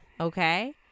Okay